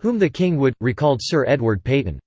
whom the king would, recalled sir edward peyton,